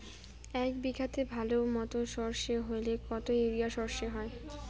এক বিঘাতে ভালো মতো সর্ষে হলে কত ইউরিয়া সর্ষে হয়?